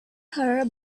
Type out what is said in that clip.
her